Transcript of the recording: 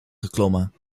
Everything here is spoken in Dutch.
geklommen